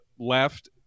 Left